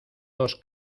dos